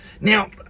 Now